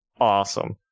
Awesome